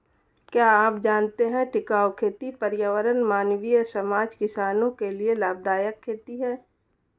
क्या आप जानते है टिकाऊ खेती पर्यावरण, मानवीय समाज, किसानो के लिए लाभदायक खेती है?